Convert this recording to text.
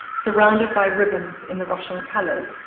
surrounded by ribbons in the russian colors,